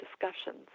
discussions